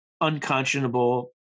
unconscionable